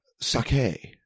sake